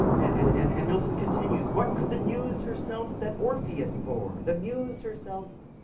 and and and and milton continues what could the muse herself that orpheus bore, the muse herself,